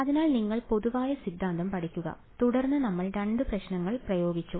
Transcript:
അതിനാൽ നിങ്ങൾ പൊതുവായ സിദ്ധാന്തം പഠിക്കുക തുടർന്ന് നമ്മൾ രണ്ട് പ്രശ്നങ്ങൾ പ്രയോഗിച്ചു